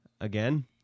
again